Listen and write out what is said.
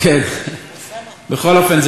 בכל אופן,